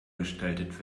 gestaltet